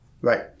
Right